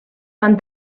van